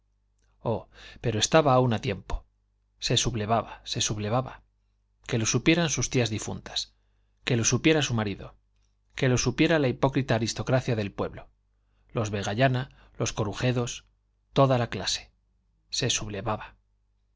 oh pero estaba aún a tiempo se sublevaba se sublevaba que lo supieran sus tías difuntas que lo supiera su marido que lo supiera la hipócrita aristocracia del pueblo los vegallana los corujedos toda la clase se sublevaba